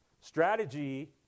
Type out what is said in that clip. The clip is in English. Strategy